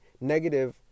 negative